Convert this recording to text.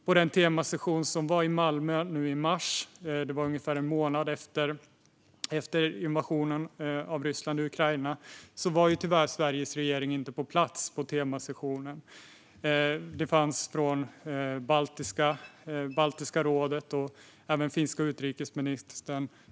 Vid den temasession som ägde rum i Malmö i mars, ungefär en månad efter Rysslands invasion av Ukraina, var tyvärr Sveriges regering inte på plats. Det fanns representanter från Baltiska rådet, och även den finska utrikesministern deltog.